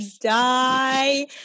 die